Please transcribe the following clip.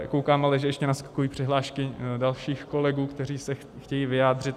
Koukám, že ale ještě naskakují přihlášky dalších kolegů, kteří se chtějí vyjádřit.